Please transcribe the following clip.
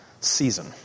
Season